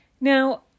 Now